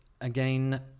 Again